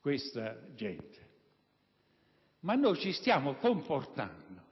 questa gente nella magistratura. Ci stiamo comportando